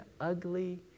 ugly